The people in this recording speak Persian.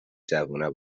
جوونا